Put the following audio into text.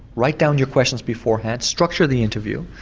write down your questions beforehand, structure the interview,